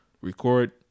record